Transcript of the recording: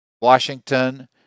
Washington